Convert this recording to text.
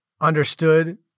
understood